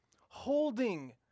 holding